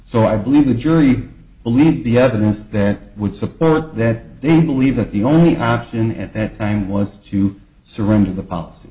so i believe the jury believed the evidence that would support that they believe that the only option at that time was to surrender the p